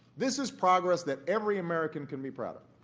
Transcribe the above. this is progress that every american can be proud of.